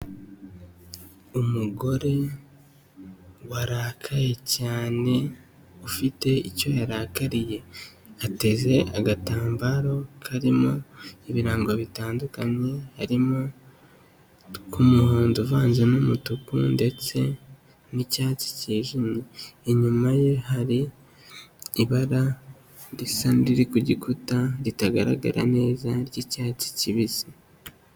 Umugore warakaye cyane ufite icyo yarakariye ateze agatambaro karimo ibirango bitandukanye harimo k'umuhondo uvanze n'umutuku ndetse n'icyatsi cyijimye inyuma ye hari ibara risa nkiriri ku gikuta ritagaragara neza ry'icyatsi kibisi.